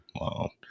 Wow